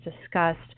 discussed